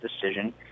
decision